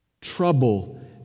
trouble